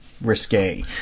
risque